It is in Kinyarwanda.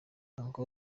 uncle